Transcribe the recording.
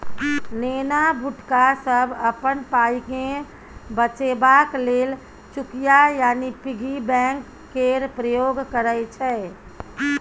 नेना भुटका सब अपन पाइकेँ बचेबाक लेल चुकिया यानी पिग्गी बैंक केर प्रयोग करय छै